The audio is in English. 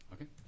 Okay